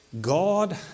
God